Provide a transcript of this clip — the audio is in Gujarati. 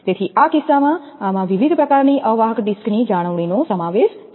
તેથી આ કિસ્સામાં આમાં વિવિધ પ્રકારની અવાહક ડિસ્ક્સની જાળવણીનો સમાવેશ થાય છે